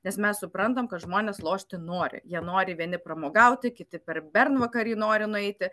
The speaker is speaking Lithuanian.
nes mes suprantam kad žmonės lošti nori jie nori vieni pramogauti kiti per bernvakarį nori nueiti